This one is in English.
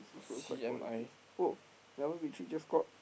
true quite politics !wow! just scored